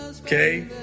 okay